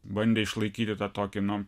bandė išlaikyti tą tokį nu